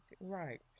Right